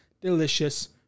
delicious